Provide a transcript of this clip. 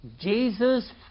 Jesus